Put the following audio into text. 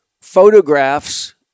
photographs